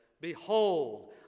Behold